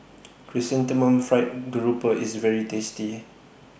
Chrysanthemum Fried Garoupa IS very tasty